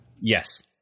Yes